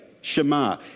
Shema